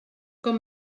com